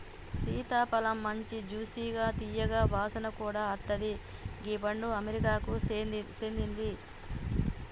సీతాఫలమ్ మంచి జ్యూసిగా తీయగా వాసన కూడా అత్తది గీ పండు అమెరికాకు సేందింది